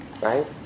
right